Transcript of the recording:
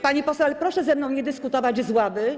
Pani poseł, ale proszę ze mną nie dyskutować z ław.